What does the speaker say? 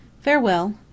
farewell